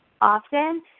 often